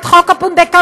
את חוק הפונדקאות.